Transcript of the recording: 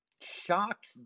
shocked